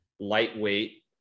lightweight